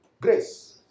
grace